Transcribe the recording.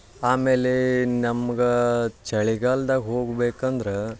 ಆಮೇಲೆ ನಮ್ಗೆ ಚಳಿಗಾಲ್ದಾಗ ಹೋಗ್ಬೇಕಂದ್ರೆ